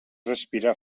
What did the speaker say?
respirar